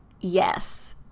Yes